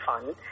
fun